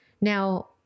Now